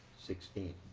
sixteen.